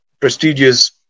prestigious